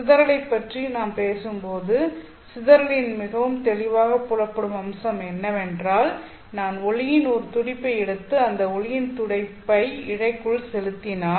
சிதறலைப் பற்றி நாம் பேசும்போது சிதறலின் மிகவும் தெளிவாக புலப்படும் அம்சம் என்னவென்றால் நான் ஒளியின் ஒரு துடிப்பை எடுத்து அந்த ஒளியின் துடிப்பை இழைக்குள் செலுத்தினால்